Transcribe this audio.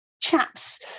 chaps